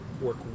work